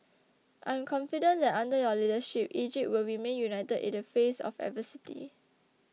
I'm confident that under your leadership Egypt will remain united in the face of adversity